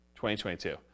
2022